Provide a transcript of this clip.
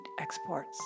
exports